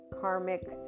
karmic